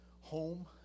home